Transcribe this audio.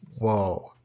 Whoa